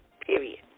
period